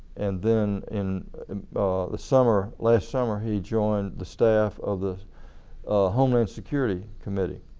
and then in the summer, last summer, he joined the staff of the homeland security committee